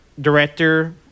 director